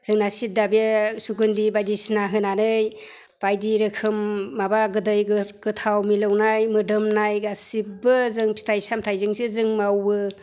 जोंना सिद्दा बे सुग'न्धि बायदिसिना होनानै बायदि रोखोम माबा गोदै गोथाव मिलौनाय मोदोमनाय गासैबो जों फिथाइ सामथायजोंसो जों मावो